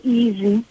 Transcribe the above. easy